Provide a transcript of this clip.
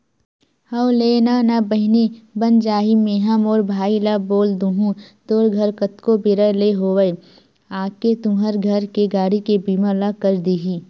हव लेना ना बहिनी बन जाही मेंहा मोर भाई ल बोल दुहूँ तोर घर कतको बेरा ले होवय आके तुंहर घर के गाड़ी के बीमा ल कर दिही